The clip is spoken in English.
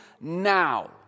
now